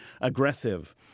aggressive